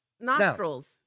nostrils